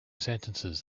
sentences